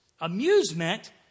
Amusement